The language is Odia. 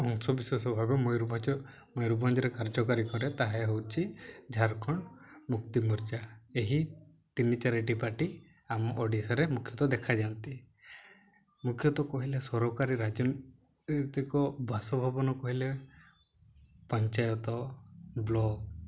ଅଂଶ ବିଶେଷ ଭାବେ ମୟୁରଭଞ୍ଜ ମୟୂରଭଞ୍ଜରେ କାର୍ଯ୍ୟକାରୀ କରେ ତାହା ହେଉଛି ଝାରଖଣ୍ଡ ମୁକ୍ତିମୋର୍ଚା ଏହି ତିନି ଚାରିଟି ପାର୍ଟି ଆମ ଓଡ଼ିଶାରେ ମୁଖ୍ୟତଃ ଦେଖାଯାନ୍ତି ମୁଖ୍ୟତଃ କହିଲେ ସରକାରୀ ରାଜନୈତିକ ବାସଭବନ କହିଲେ ପଞ୍ଚାୟତ ବ୍ଲକ୍